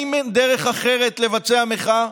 האם אין דרך אחרת לבצע מחאה?